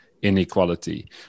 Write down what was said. inequality